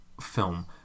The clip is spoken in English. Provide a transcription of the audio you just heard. film